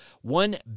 One